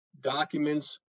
documents